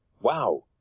wow